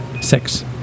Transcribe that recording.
Six